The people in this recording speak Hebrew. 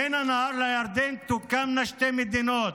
בין הנהר לירדן תוקמנה שתי מדינות,